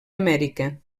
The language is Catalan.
amèrica